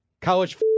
college